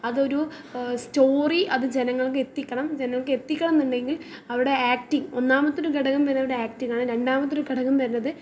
അത് ഒരു സ്റ്റോറി അത് ജനങ്ങൾക്ക് എത്തിക്കണം ജനങ്ങൾക്കെ എത്തിക്കണം എന്നുണ്ടെങ്കിൽ അവരുടെ ആക്റ്റിങ് ഒന്നാമത്തെ ഒരു ഘടകം വരിക അവിടെ ആക്റ്റിങ്ങാണ് രണ്ടാമത്തെ ഒരു ഘടകം വരുന്നത്